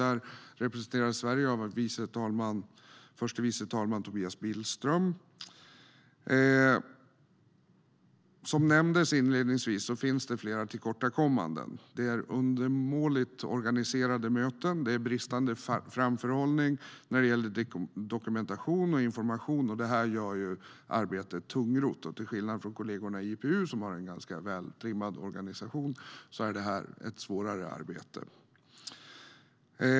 Där representerades Sverige av förste vice talman Tobias Billström. Som nämndes inledningsvis finns det flera tillkortakommanden. Det är undermåligt organiserade möten och bristande framförhållning när det gäller dokumentation och information. Detta gör arbetet tungrott. Till skillnad från kollegorna i IPU, som har en ganska vältrimmad organisation, har vi ett ganska svårt arbete.